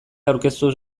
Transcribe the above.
aurkeztuz